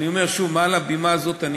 אפשר גם מרשם אלקטרוני.